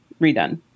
Redone